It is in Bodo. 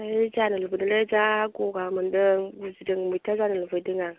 होइ जानो लुबैदोंलै जा गगा मोनदों गुजुदों मैथा जानो लुबैदों आं